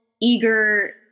eager